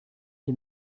die